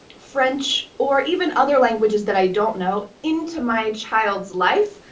french, or even other languages that i don't know, into my child's life.